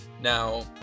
Now